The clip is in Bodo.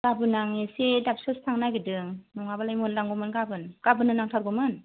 गाबोन आं एसे दाबसेयावसो थांनो नागिरदों नङाबालाय मोनलांगौमोन गाबोन गाबोननो नांथारगौमोन